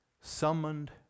summoned